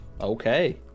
Okay